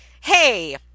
Hey